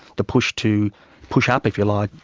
the push to push up, if you like,